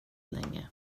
länge